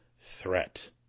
threat